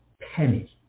penny